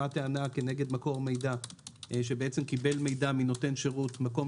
טענה כנגד מקור מידע שקיבל מידע מנותן שירות מקום